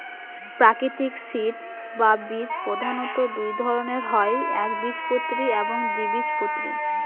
প্রাকৃতিক সিড বা বীজ প্রধানত দুই ধরনের হয় একবীজপত্রী এবং দ্বিবীজপত্রী